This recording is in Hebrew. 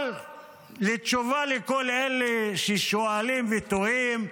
אבל בתשובה לכל אלה ששואלים ותוהים,